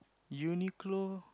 Uniqlo